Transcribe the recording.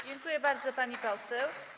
Dziękuję bardzo, pani poseł.